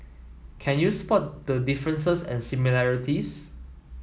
can you spot the differences and similarities